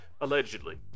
allegedly